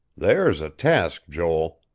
there's a task, joel.